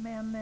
Men